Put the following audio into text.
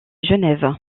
genève